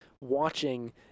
watching